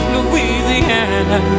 Louisiana